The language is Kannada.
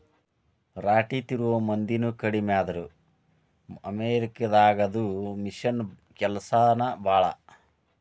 ರಾಟಿ ತಿರುವು ಮಂದಿನು ಕಡಮಿ ಆದ್ರ ಅಮೇರಿಕಾ ದಾಗದು ಮಿಷನ್ ಕೆಲಸಾನ ಭಾಳ